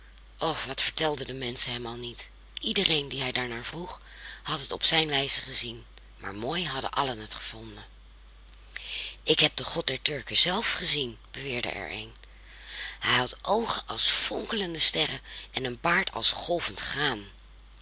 o wat vertelden de menschen hem al niet iedereen dien hij daarnaar vroeg had het op zijn wijze gezien maar mooi hadden allen het gevonden ik heb den god der turken zelf gezien beweerde er een hij had oogen als fonkelende sterren en een baard als golvend graan